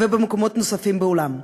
ובמקומות נוספים בעולם,